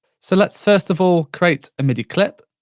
so let's first of all create a midi clip,